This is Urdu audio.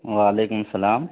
وعلیکم السلام